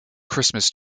christmas